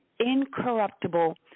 incorruptible